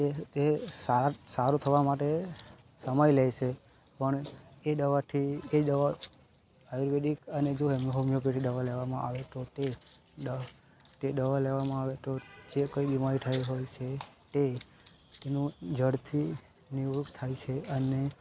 તે તે સારું થવા માટે સમય લેશે પણ એ દવાથી એ દવા આયુર્વેદિક અને જો હોમીઓપેથી દવા લેવામાં આવે તો તે તે દવા લેવામાં આવે તો જે કંઈ બીમારી થઈ હોય છે તે એનું જડથી નિવૃત્ત થાય છે અને